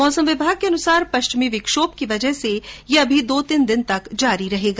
मौसम विभाग के अनुसार पश्चिमी विक्षोभ की वजह से ये अभी दो तीन दिन तक रहेगा